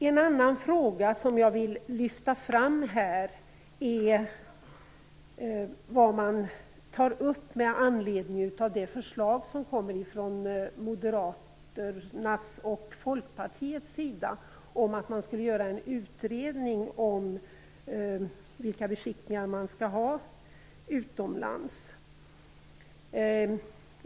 En annan fråga som jag vill lyfta fram här gäller vad man tar upp med anledning av ett förslag från Moderaterna och Folkpartiet om att man skall göra en utredning av vilka beskickningar man skall ha utomlands.